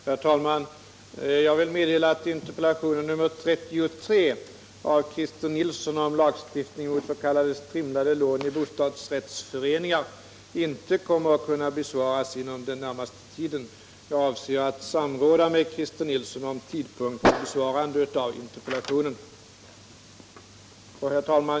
Herr talman! Jag vill meddela att interpellationen 1977/78:33 av Christer Nilsson om lagstiftning mot s.k. strimlade lån i bostadsrättsföreningar inte kommer att kunna besvaras under den närmaste tiden. Jag avser att samråda med Christer Nilsson om tidpunkt för besvarande av interpellationen.